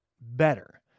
better